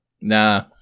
Nah